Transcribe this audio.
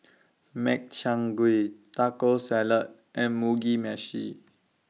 Makchang Gui Taco Salad and Mugi Meshi